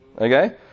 Okay